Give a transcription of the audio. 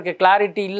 clarity